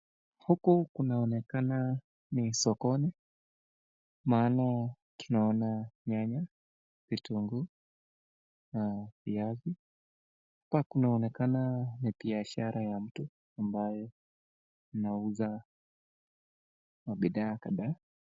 Huku kunaonekana ni sokoni, maana tunaona nyanya ,vitunguu na viazi, apa kunaonekana ni biashara ya mtu ambaye anauza mabidhaa kadhaa.